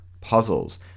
puzzles